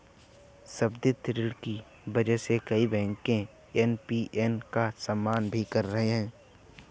संवर्धित ऋण की वजह से कई बैंक एन.पी.ए का सामना भी कर रहे हैं